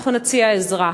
אנחנו נציע עזרה.